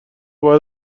بعد